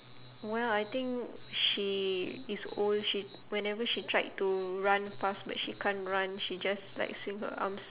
well I think she is old she whenever she tried to run fast but she can't run she just like swing her arms